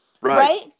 right